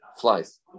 flies